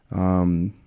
um,